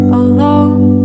alone